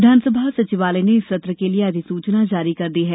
विधानसभा सचिवालय ने इस सत्र के लिए अधिसूचना जारी कर दी है